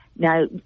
Now